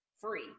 free